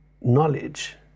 knowledge